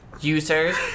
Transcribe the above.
users